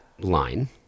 line